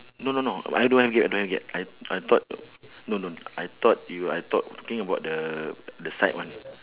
no no no I don't have gate I don't have gate I I thought no no no I thought you I thought talking about the the side one